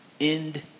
end